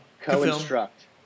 Co-instruct